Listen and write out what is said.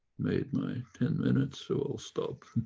made my ten minutes so i'll stop.